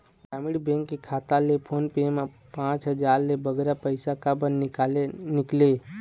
ग्रामीण बैंक के खाता ले फोन पे मा पांच हजार ले बगरा पैसा काबर निकाले निकले?